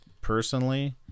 personally